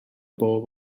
bob